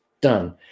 Done